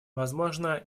возможно